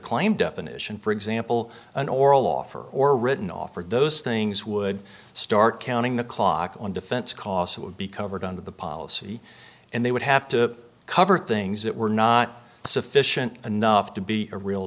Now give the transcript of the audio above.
claim definition for example an oral offer or written offer those things would start counting the clock on defense costs would be covered under the policy and they would have to cover things that were not sufficient enough to be a real